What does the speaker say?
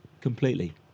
completely